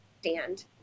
stand